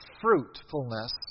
fruitfulness